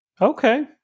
Okay